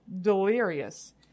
delirious